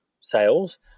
sales